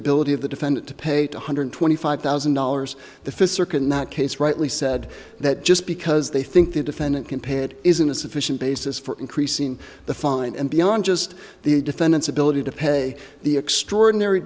ability of the defendant to pay two hundred twenty five thousand dollars the fist circuit in that case rightly said that just because they think the defendant can pay it isn't a sufficient basis for increasing the fine and beyond just the defendant's ability to pay the extraordinary